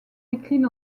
décline